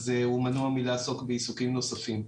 אז הוא מנוע לעסוק בעיסוקים נוספים.